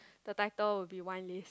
the title will be wine list